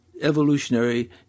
evolutionary